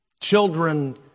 children